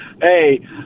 Hey